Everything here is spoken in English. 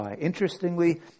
Interestingly